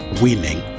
winning